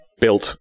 built